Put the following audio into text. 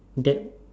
that